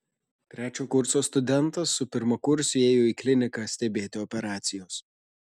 trečio kurso studentas su pirmakursiu ėjo į kliniką stebėti operacijos